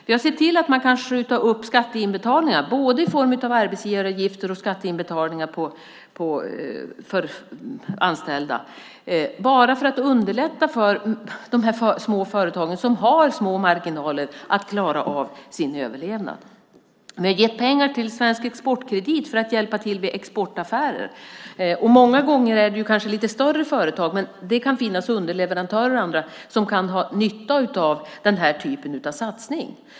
Vi har sett till att man kan skjuta upp skatteinbetalningar, både arbetsgivaravgifter och skatteinbetalningar som gäller anställda, för att underlätta för de små företagen som har små marginaler att klara sin överlevnad. Vi ger pengar till Svensk Exportkredit för att hjälpa till vid exportaffärer. Många gånger handlar det kanske om lite större företag, men det kan finnas underleverantörer och andra som kan ha nytta av den här typen av satsning.